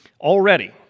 already